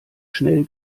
schnell